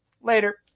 Later